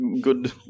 good